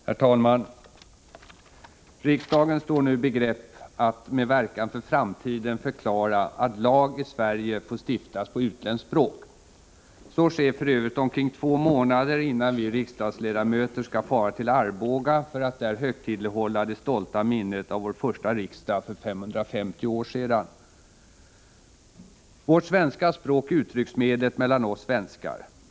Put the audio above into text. Herr talman! Riksdagen står nu i begrepp att — med verkan för framtiden — förklara att lag i Sverige får stiftas på utländskt språk. Så sker för övrigt omkring två månader innan vi riksdagsledamöter skall fara till Arboga för att där högtidlighålla det stolta minnet av vår första riksdag för 550 år sedan. Vårt svenska språk är uttrycksmedlet för oss svenskar.